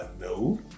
no